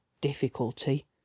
difficulty